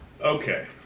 Okay